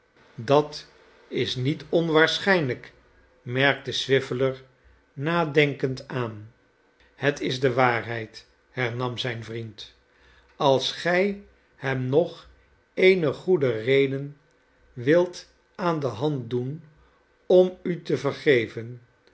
dat is niet onwaarschijnlijk merkte swiveller nadenkend aan het is de waarheid hernam zijn vriend als gij hem nog eene goede red en wilt aan de hand doen om u te vergeven